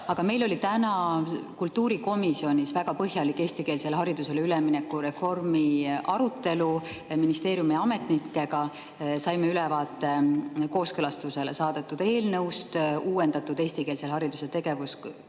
Aga meil oli täna kultuurikomisjonis väga põhjalik eestikeelsele haridusele ülemineku reformi arutelu ministeeriumi ametnikega. Saime ülevaate kooskõlastusele saadetud eelnõust, uuendatud eestikeelse hariduse tegevuskavast